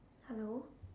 hello